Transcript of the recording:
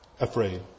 afraid